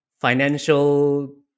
financial